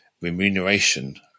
remuneration